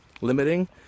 Limiting